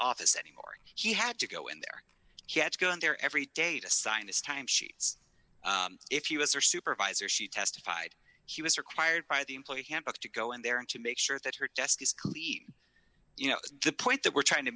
office anymore he had to go in there he had to go in there every day to sign this time sheets if us or supervisor she testified she was required by the employee handbook to go in there and to make sure that her desk you know the point that we're trying to